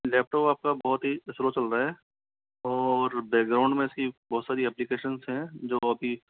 laptop आपका बहुत ही स्लो चल रहा है और बैकग्राउंड में इसकी बहुत सारी एप्लिकेशंस हैं जो अभी